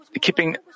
keeping